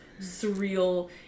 surreal